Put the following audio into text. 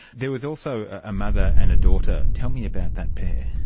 there was also a mother and a daughter. tell me about that pair.